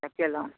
सब कयलहुँ